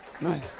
nice